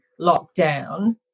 lockdown